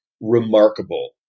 remarkable